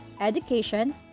education